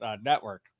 network